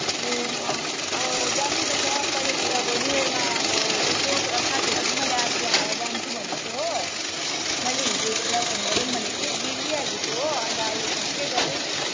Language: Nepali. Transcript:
ए अँ जानुपर्छ कहिले तिर अब न्यू इयरमा अब यसो साथीहरू सँग मैले आज जान्छु भन्दै थियो हो मैले हिजो तँलाई फोन गरौँ भनेको थिएँ बिर्सिहालेछु हो अन्त अहिले ठिकै गर्यो